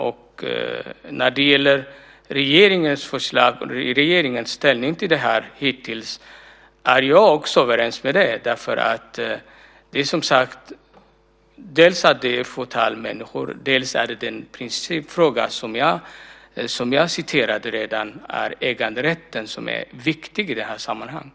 Jag är överens med regeringens förslag och inställning till detta. Det gäller ett fåtal människor. Den principfråga som jag citerade är äganderätten och den är viktig i det här sammanhanget.